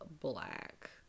black